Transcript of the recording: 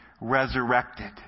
resurrected